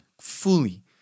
fully